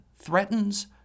threatens